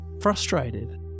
frustrated